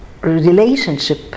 relationship